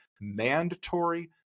mandatory